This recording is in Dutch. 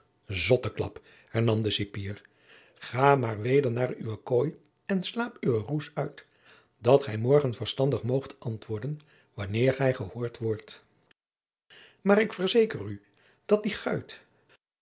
zotteklap hernam de cipier ga maar weder naar uwe kooi en slaap uwen roes uit dat gij morgen verstandig moogt antwoorden wanneer gij verhoord wordt maar ik verzeker u dat die guit